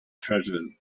treasure